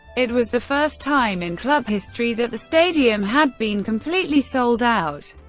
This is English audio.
it was the first time in club history that the stadium had been completely sold out.